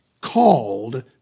called